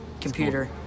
Computer